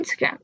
Instagram